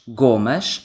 gomas